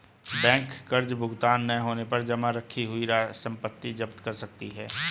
bank कर्ज भुगतान न होने पर जमा रखी हुई संपत्ति जप्त कर सकती है